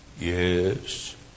Yes